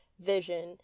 vision